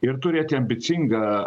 ir turėti ambicingą